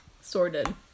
Sorted